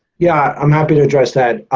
yeah, i'm happy to address that.